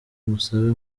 musabe